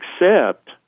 accept